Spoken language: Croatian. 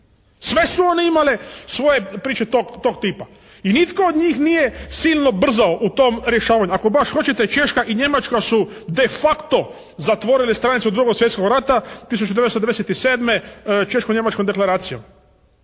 Sve su one imale svoje priče tog tipa. I nitko od njih nije silno brzao u tom rješavanju. Ako baš hoćete češka i Njemačka su de facto zatvorile stranicu Drugog svjetskog rata 1997. Češko-njemačkom deklaracijom.